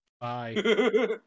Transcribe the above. Bye